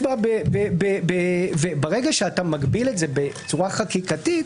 ברגע שאתה מגביל את זה בצורה חקיקתית,